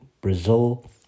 Brazil